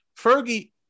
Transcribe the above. Fergie